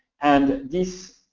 and this,